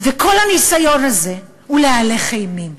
כל הניסיון הזה הוא להלך אימים.